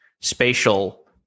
spatial